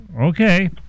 Okay